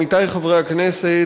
עמיתי חברי הכנסת,